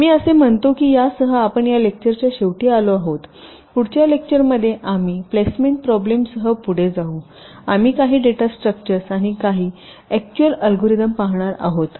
तर मी असे म्हणतो की यासह आपण या लेक्चरच्या शेवटी आलो आहोत पुढच्या लेक्चरमध्ये आम्ही प्लेसमेंट प्रॉब्लेमसह पुढे जाऊ आम्ही काही डेटा स्ट्रक्चर्स आणि काही एकचुअल अल्गोरिदम पाहणार आहोत